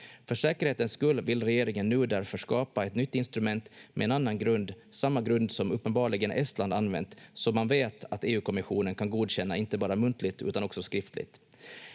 För säkerhetens skull vill regeringen därför nu skapa ett nytt instrument med en annan grund — samma grund som uppenbarligen Estland använt, som man vet att EU-kommissionen kan godkänna inte bara muntligt utan också skriftligt.